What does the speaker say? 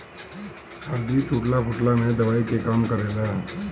हरदी टूटला फुटला में दवाई के काम करेला